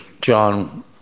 John